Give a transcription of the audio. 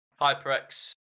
HyperX